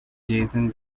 jason